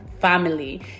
family